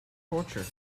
torture